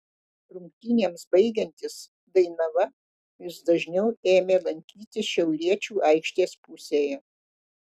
rungtynėms baigiantis dainava vis dažniau ėmė lankytis šiauliečių aikštės pusėje